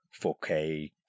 4K